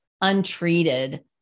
untreated